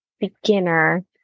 Beginner